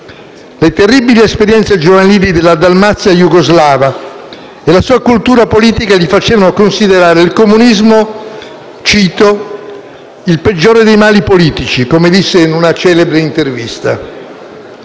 Le terribili esperienze giovanili nella Dalmazia jugoslava e la sua cultura politica gli facevano considerare il comunismo «il peggiore dei mali politici», come disse in una celebre intervista.